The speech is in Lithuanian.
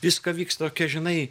viską vyks tokia žinai